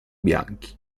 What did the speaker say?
bianchi